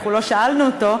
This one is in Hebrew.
אנחנו לא שאלנו אותו,